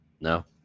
No